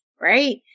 right